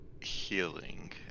healing